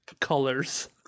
colors